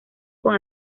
con